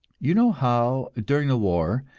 you know how, during the war,